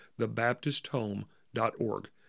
thebaptisthome.org